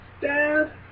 dad